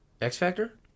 X-Factor